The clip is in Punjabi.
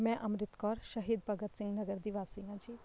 ਮੈਂ ਅੰਮ੍ਰਿਤ ਕੌਰ ਸ਼ਹੀਦ ਭਗਤ ਸਿੰਘ ਨਗਰ ਦੀ ਵਾਸੀ ਹਾਂ ਜੀ